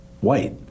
white